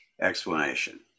explanation